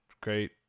great